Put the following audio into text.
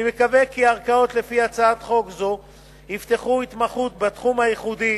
אני מקווה כי הערכאות לפי הצעת חוק זו יפתחו התמחות בתחום הייחודי